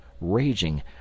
raging